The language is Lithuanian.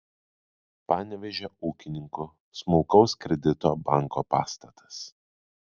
panevėžio ūkininkų smulkaus kredito banko pastatas